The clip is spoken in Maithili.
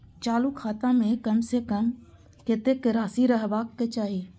चालु खाता में कम से कम कतेक राशि रहबाक चाही?